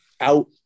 out